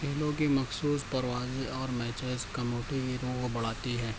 کھیلوں کی مخصوص پروازیں اور میچز کموٹی ہتوں کو بڑھاتی ہے